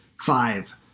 Five